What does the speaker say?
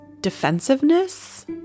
defensiveness